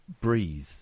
Breathe